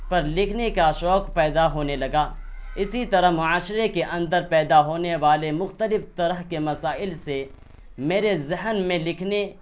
پر لکھنے کا شوق پیدا ہونے لگا اسی طرح معاشرے کے اندر پیدا ہونے والے مختلف طرح کے مسائل سے میرے ذہن میں لکھنے